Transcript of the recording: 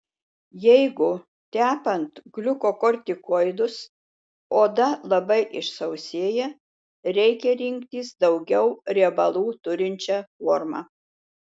jeigu tepant gliukokortikoidus oda labai išsausėja reikia rinktis daugiau riebalų turinčią formą